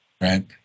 right